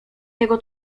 jego